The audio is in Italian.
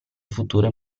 future